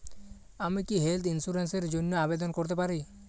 আমি কি health insurance র জন্য আবেদন করতে পারি?